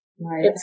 Right